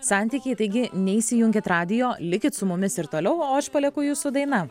santykiai taigi neišsijunkit radijo likit su mumis ir toliau o aš palieku jus su daina